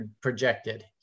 projected